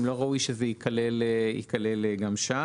האם לא ראוי שזה ייכלל גם שם?